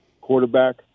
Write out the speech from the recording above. quarterback